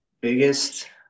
Biggest